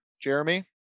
Jeremy